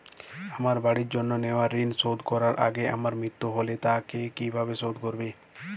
আমার বাড়ির জন্য নেওয়া ঋণ শোধ করার আগে আমার মৃত্যু হলে তা কে কিভাবে শোধ করবে?